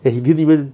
and he didn't even